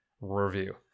review